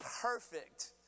perfect